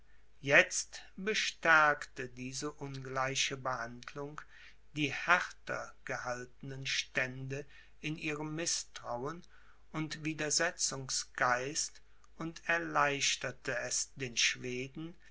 jetzt bestärkte diese ungleiche behandlung die härter gehaltenen stände in ihrem mißtrauen und widersetzungsgeist und erleichterte es den schweden